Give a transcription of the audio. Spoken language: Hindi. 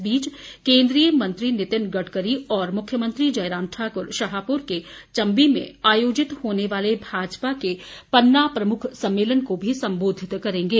इस बीच केंद्रीय मंत्री नितिन गडकरी और मुख्यमंत्री जयराम ठाकुर शाहपुर के चंबी में आयोजित होने वाले भाजपा के पन्ना प्रमुख सम्मेलन को भी संबोधित करेंगे